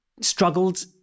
struggled